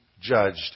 judged